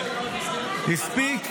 הספיק,